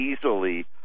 easily